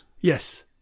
Yes